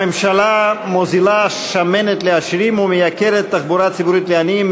הממשלה מוזילה שמנת לעשירים ומייקרת תחבורה ציבורית לעניים,